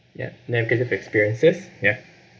ya negative experiences ya